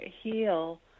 heal